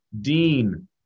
Dean